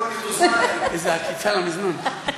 מזל טוב.